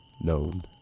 known